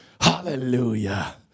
Hallelujah